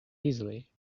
easily